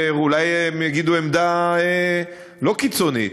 ואולי הם יגידו עמדה לא קיצונית.